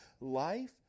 life